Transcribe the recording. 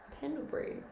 Pendlebury